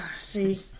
See